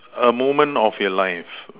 a moment of your life